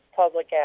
public